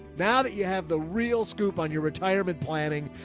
now that you have the real scoop on your retirement planning,